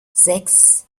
sechs